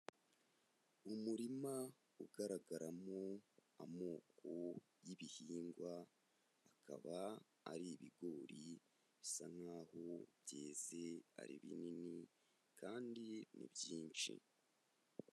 Umurima ugaragaramo amoko y'ibihingwa, akaba ari ibigori, bisa nkaho byeze, ari binini kandi ni byinshi.